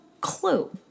clue